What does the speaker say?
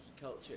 culture